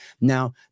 now